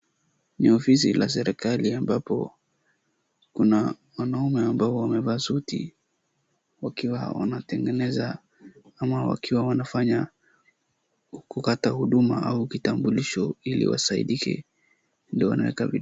Ni ofisi la serikali ambapo kuna wanaume ambao wamevaa suti, wakiwa wanatengeneza ama wakiwa wanafanya kukata huduma au kitambulisho ili wasaidike ndio wanaweka.